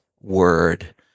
Word